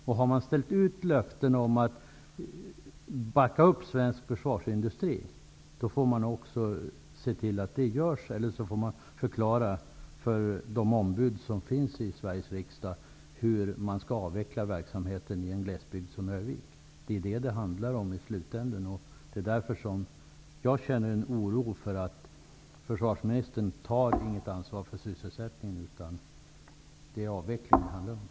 Om man har utställt löften om att stödja svensk försvarsindustri, får man också se till att det görs, annars får man förklara för de ombud som finns i Sveriges riksdag hur man tänker göra för att avveckla verksamheten i en glesbygd som Örnsköldsvik. Det är vad det i slutänden handlar om, och därför känner jag oro över att försvarsministern inte tar ansvar för sysselsättningen och att det är avveckling som gäller.